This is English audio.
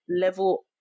level